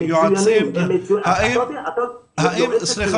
אני מדבר